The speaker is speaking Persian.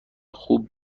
خوب